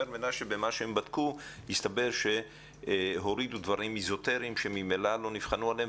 אבל בבדיקה שלהם הסתבר שהורידו דברים אזוטריים שממילא לא נבחנו עליהם,